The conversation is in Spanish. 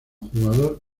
jugador